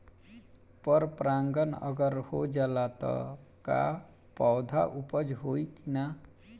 पर परागण अगर हो जाला त का पौधा उपज होई की ना?